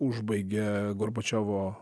užbaigė gorbačiovo